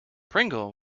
pringle